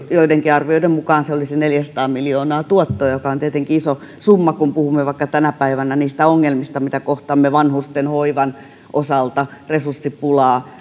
joidenkin arvioiden mukaan se olisi neljäsataa miljoonaa tuottoa joka on tietenkin iso summa kun puhumme tänä päivänä vaikka niistä ongelmista mitä kohtaamme vanhusten hoivan osalta resurssipulaa